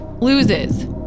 loses